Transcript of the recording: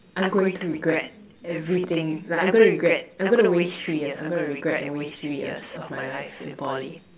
I'm going to regret everything like I'm going regret I'm going to waste three years I'm going to regret and waste three years of my life in Poly